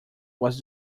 was